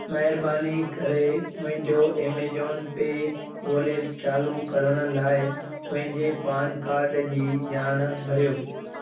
महिरबानी करे मुंहिंजो ऐमजॉन पे वॉलेट चालू करण लाइ मुंहिंजे पान कार्ड जी ॼाण भरियो